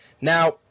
Now